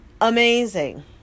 Amazing